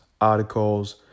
articles